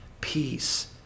peace